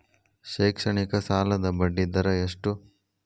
ಶೈಕ್ಷಣಿಕ ಸಾಲದ ಬಡ್ಡಿ ದರ ಎಷ್ಟು?